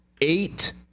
eight